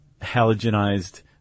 halogenized